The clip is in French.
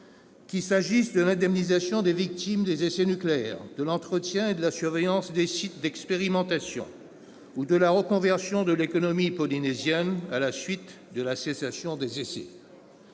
qu'il s'agisse de l'indemnisation des victimes des essais nucléaires, de l'entretien et de la surveillance des sites d'expérimentation ou de la reconversion de l'économie polynésienne à la suite de la cessation des essais.